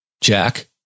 Jack